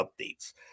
updates